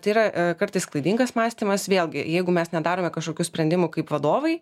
tai yra kartais klaidingas mąstymas vėlgi jeigu mes nedarome kažkokių sprendimų kaip vadovai